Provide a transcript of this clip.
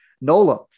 Nola